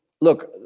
Look